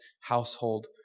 household